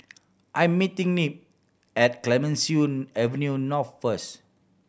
I'm meeting Nick at Clemenceau Avenue North first